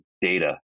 data